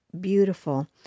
beautiful